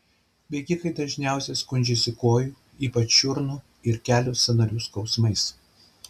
bėgikai dažniausiai skundžiasi kojų ypač čiurnų ir kelių sąnarių skausmais